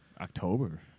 October